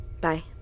Bye